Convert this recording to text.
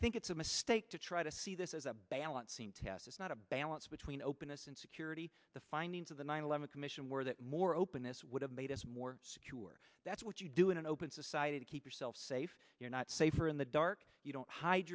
think it's a mistake to try to see this as a balancing test it's not a balance between openness and security the findings of the nine eleven commission were that more openness would have made us more secure that's what you do in an open society to keep yourself safe you're not safer in the dark you don't hide